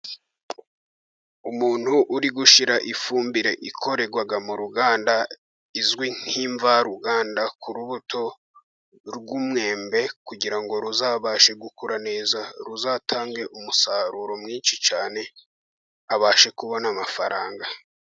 Umuntu uri gushyira ifumbire ikorerwa mu ruganda, izwi nk'imvaruganda, ku rubuto rw'umwembe kugira ngo ruzabashe gukura neza ,ruzatange umusaruro mwinshi cyane, abashe kubona amafaranga.